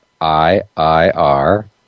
iir